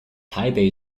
台北